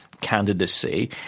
candidacy